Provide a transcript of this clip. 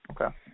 Okay